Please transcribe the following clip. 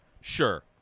sure